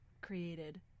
created